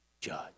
judge